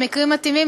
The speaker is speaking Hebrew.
במקרים מתאימים,